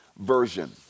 version